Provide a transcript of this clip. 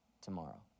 tomorrow